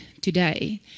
today